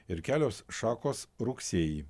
ir kelios šakos rugsėjį